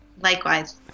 Likewise